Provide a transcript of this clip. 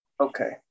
Okay